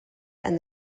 and